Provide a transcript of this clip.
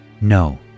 No